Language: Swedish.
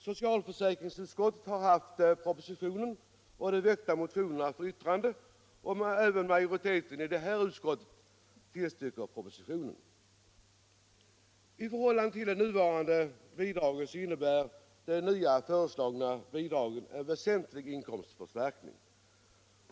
Socialförsäkringsutskottet har haft propositionen och de väckta motionerna för yttrande, och även majoriteten i detta utskott tillstyrker propositionens förslag. I förhållande till det nuvarande bidraget innebär det föreslagna bidraget en väsentlig inkomstförstärkning.